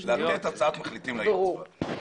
ברור.